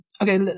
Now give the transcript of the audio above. okay